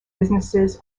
businesses